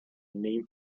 name